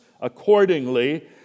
accordingly